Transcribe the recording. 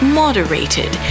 moderated